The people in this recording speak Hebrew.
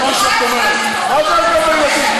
שום קשר למה שאת אומרת.